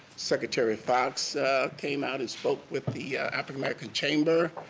secretary fox came out and spoke with the african-american chamber.